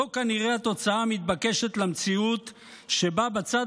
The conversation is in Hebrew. זו כנראה התוצאה המתבקשת של המציאות שבה בצד